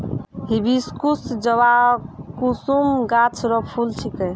hibiscus जवाकुसुम गाछ रो फूल छिकै